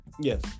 yes